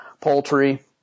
poultry